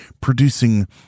producing